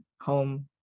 home